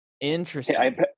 Interesting